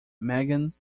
megan